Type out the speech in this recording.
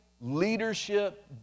leadership